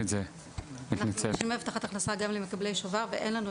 אנחנו משלמים הבטחת הכנסה גם למקבלי שובר ואין לנו,